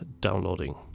downloading